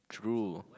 drool